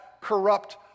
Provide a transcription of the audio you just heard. corrupt